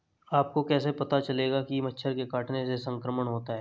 आपको कैसे पता चलेगा कि मच्छर के काटने से संक्रमण होता है?